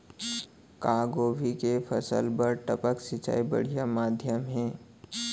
का गोभी के फसल बर टपक सिंचाई बढ़िया माधयम हे?